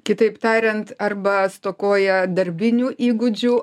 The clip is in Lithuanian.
kitaip tariant arba stokoja darbinių įgūdžių